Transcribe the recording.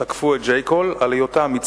תקפו את J Callעל היותם,